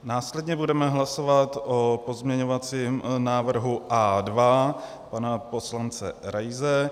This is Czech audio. Následně budeme hlasovat o pozměňovacím návrhu A2 pana poslance Raise.